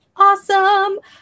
awesome